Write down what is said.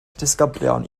disgyblion